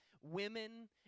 women